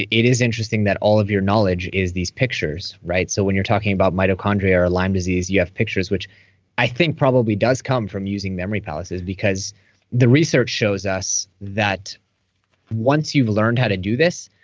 it is interesting that all of your knowledge is these pictures, right? so when you're talking about mitochondria or lyme disease, you have pictures, which i think probably does come from using memory palaces because the research shows us that once you've learned how to do this,